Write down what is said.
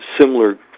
similar